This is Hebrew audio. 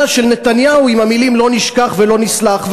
של נתניהו עם המילים: לא נשכח ולא נסלח.